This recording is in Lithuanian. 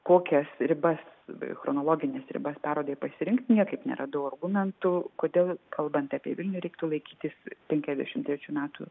kokias ribas chronologines ribas parodai pasirinkti niekaip neradau argumentų kodėl kalbant apie vilnių reiktų laikytis penkiasdešimt trečių metų